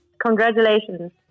Congratulations